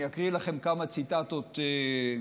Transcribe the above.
אני אקריא לכם ציטטות מסוימות,